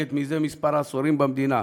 שמונהגת זה כמה עשורים במדינה.